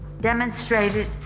demonstrated